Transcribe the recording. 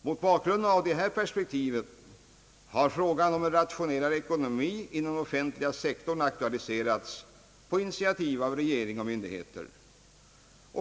Mot bakgrunden av dessa perspektiv har frågan om en mera rationell ekonomi inom den offentliga sektorn aktualiserats på initiativ av regering och myndigheter.